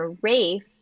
Rafe